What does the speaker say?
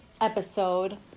episode